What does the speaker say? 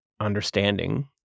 understanding